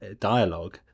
dialogue